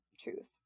truth